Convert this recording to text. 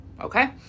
okay